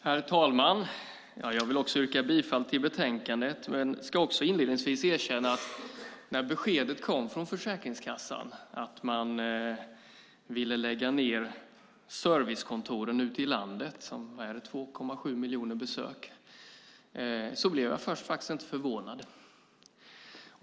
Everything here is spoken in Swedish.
Herr talman! Jag vill också yrka bifall till förslaget i betänkandet. Men jag ska också inledningsvis erkänna att när beskedet kom från Försäkringskassan att man ville lägga ned servicekontoren ute i landet, med 2,7 miljoner besök, blev jag först inte förvånad.